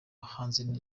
hanze